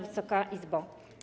Wysoka Izbo!